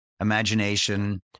imagination